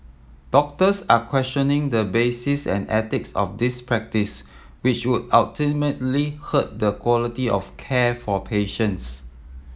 doctors are questioning the basis and ethics of this practice which would ultimately hurt the quality of care for patients